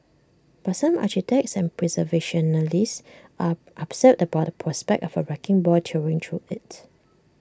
but some architects and preservationists are upset about the prospect of A wrecking ball tearing through IT